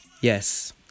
Yes